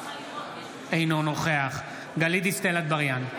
אינו נוכח גלית דיסטל אטבריאן,